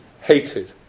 hated